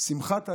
"שמחת הלב,